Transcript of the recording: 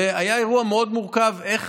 והיה אירוע מאוד מורכב איך